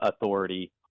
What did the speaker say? Authority